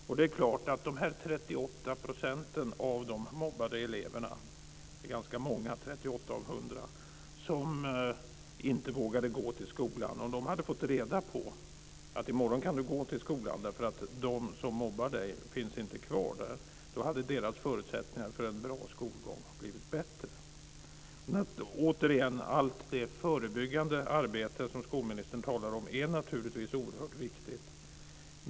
Om dessa 38 % av de mobbade eleverna - 38 av 100 är ganska många - som inte vågar gå till skolan hade fått reda på att de kunde gå till skolan i morgon därför att de som mobbar dem inte finns kvar där är det klart att deras förutsättningar för en bra skolgång hade blivit bättre. Återigen: Allt det förebyggande arbete som skolministern talar om är naturligtvis oerhört viktigt.